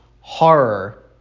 horror